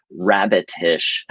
rabbitish